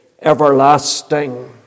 everlasting